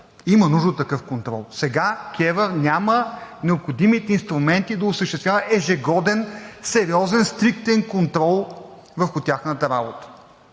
Има нужда от такъв контрол. Сега КЕВР няма необходимите инструменти да осъществява ежегоден сериозен, стриктен контрол върху тяхната работа.